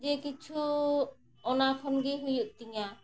ᱡᱟ ᱠᱤᱪᱷᱩ ᱚᱱᱟ ᱠᱷᱚᱱᱜᱮ ᱦᱩᱭᱩᱜ ᱛᱤᱧᱟᱹ